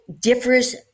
differs